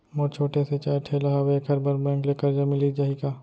मोर छोटे से चाय ठेला हावे एखर बर बैंक ले करजा मिलिस जाही का?